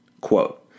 Quote